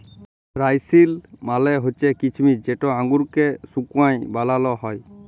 রাইসিল মালে হছে কিছমিছ যেট আঙুরকে শুঁকায় বালাল হ্যয়